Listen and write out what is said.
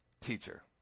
teacher